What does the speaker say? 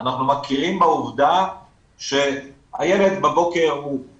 אנחנו מכירים בעובדה שהילד בבוקר הוא